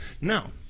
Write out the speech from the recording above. Now